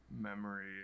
memory